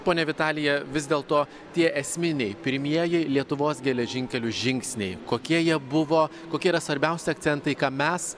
ponia vitalija vis dėlto tie esminiai pirmieji lietuvos geležinkelių žingsniai kokie jie buvo kokie yra svarbiausi akcentai ką mes